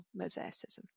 mosaicism